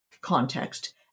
context